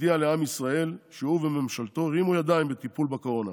הודיע לעם ישראל שהוא וממשלתו הרימו ידיים בטיפול בקורונה.